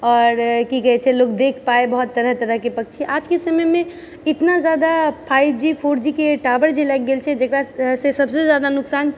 आओर की कहै छै लोग देख पाए बहुत तरह तरहकेँ पक्षी आजके समयमे इतना जादा फाइव जी फोर जीके टावर जे लागि गेल छै जकरासँ से सबसँ जादा नुकसान